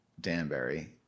Danbury